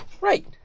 right